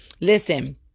Listen